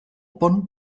pont